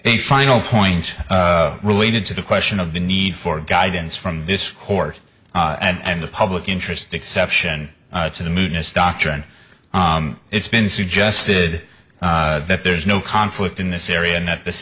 a final point related to the question of the need for guidance from this court and the public interest exception to the moon its doctrine it's been suggested that there's no conflict in this area and that this